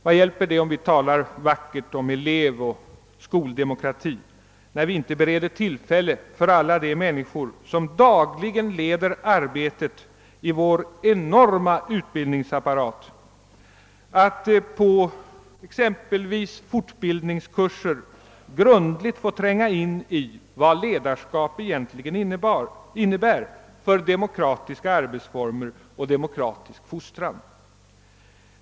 Vad hjälper det om vi talar vacker om elevoch skoldemokrati, när vi inte bereder tillfälle för alla de människor, som leder det dagliga arbetet i vår enorma utbildningsapparat, att exempelvis på =: fortbildningskurser grundligt få tränga in i vad ledarskap egentligen innebär för demokratiska arbetsformer och demokratisk fostran?